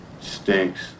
Stinks